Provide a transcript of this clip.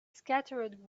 scattered